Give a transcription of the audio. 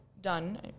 done